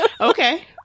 Okay